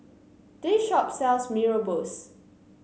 this shop sells Mee Rebus